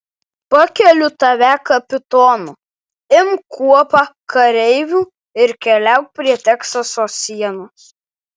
pakeliu tave kapitonu imk kuopą kareivių ir keliauk prie teksaso sienos